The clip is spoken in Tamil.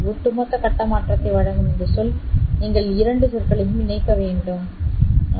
ஒட்டுமொத்த கட்ட மாற்றத்தை வழங்கும் இந்த சொல் நீங்கள் இரண்டு சொற்களையும் இணைக்க வேண்டும் நீங்கள் e jπ v¿¿1 v¿¿2 2V π